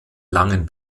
langen